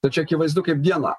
tai čia akivaizdu kaip dieną